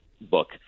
book